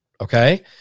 okay